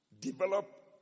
Develop